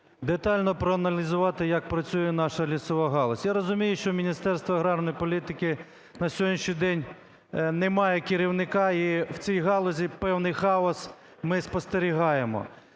детально проаналізувати, як працює наша лісова галузь. Я розумію, що Міністерство аграрної політики на сьогоднішній день не має керівника, і в цій галузі певний хаос ми спостерігаємо.